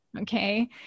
Okay